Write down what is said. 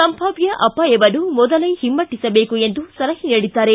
ಸಂಭಾವ್ಯ ಅಪಾಯವನ್ನು ಮೊದಲೇ ಹಿಮ್ಮೆಟ್ಟಿಸಬೇಕು ಎಂದು ಸಲಹೆ ನೀಡಿದ್ದಾರೆ